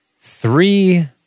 Three